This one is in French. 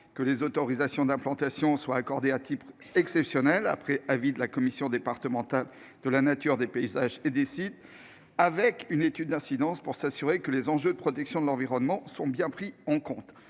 que les autorisations d'implantation soient accordées à titre exceptionnel, après avis de la commission départementale de la nature des paysages et des sites, et avec une étude d'incidence pour s'assurer que les enjeux de protection de l'environnement soient bien pris en compte.